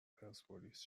پرسپولیس